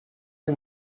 are